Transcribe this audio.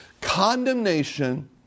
Condemnation